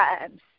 times